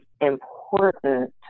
important